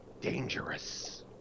dangerous